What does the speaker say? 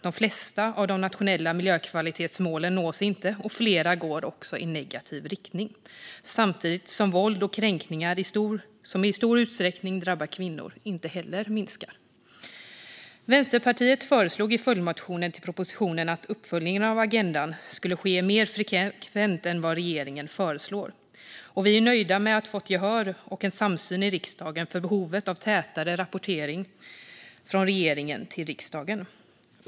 De flesta av de nationella miljökvalitetsmålen nås inte, och flera går också i negativ riktning samtidigt som våld och kränkningar, som i stor utsträckning drabbar kvinnor, inte heller minskar. Vänsterpartiet föreslog i följdmotionen till propositionen att uppföljningen av Agenda 2030 skulle ske mer frekvent än vad regeringen föreslår. Vi är nöjda med att ha fått gehör och en samsyn i riksdagen för behovet av tätare rapportering från regeringen till riksdagen.